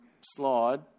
slide